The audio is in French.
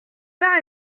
père